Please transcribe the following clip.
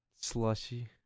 slushy